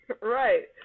Right